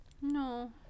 No